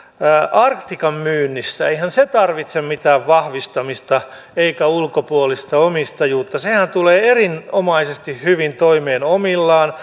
arctian myynnissä eihän se tarvitse mitään vahvistamista eikä ulkopuolista omistajuutta sehän tulee erinomaisen hyvin toimeen omillaan